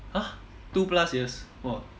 !huh! two plus years !wah!